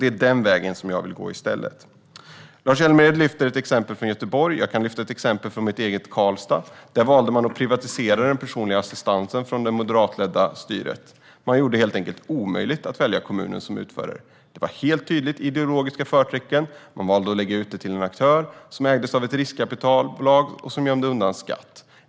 Det är denna väg jag vill gå. Lars Hjälmered tog ett exempel från Göteborg. Jag kan ta ett exempel från min hemkommun Karlstad. Där valde det moderatledda styret att privatisera den personliga assistansen. Man gjorde det helt enkelt omöjligt att välja kommunen som utförare. Det hade helt tydligt ideologiska förtecken. Man valde att lägga ut det på en aktör som ägdes av ett riskkapitalbolag som gömde undan skatt.